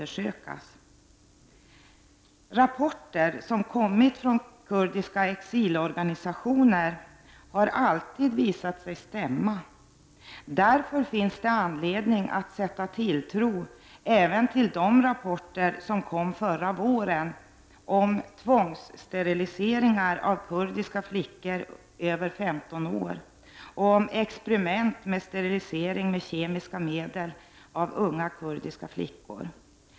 Rapporter som kommit från kurdiska exilorganisationer har alltid visat sig stämma. Därför finns det anledning att sätta tilltro även till de rapporter som kom förra våren om tvångssteriliseringar av kurdiska flickor över 15 år och om experiment med sterilisering med kemiska medel av unga kurdiska flickor.